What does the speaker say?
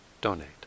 donate